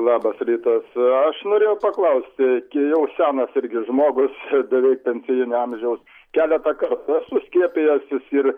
labas rytas aš norėjau paklausti jau senas irgi žmogus beveik pensijinio amžiaus keletą kartų esu skiepijęsis ir